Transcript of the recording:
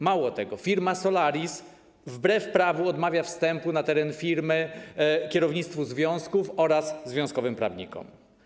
Mało tego, firma Solaris wbrew prawu odmawia wstępu na teren firmy kierownictwu związków oraz związkowym prawnikom.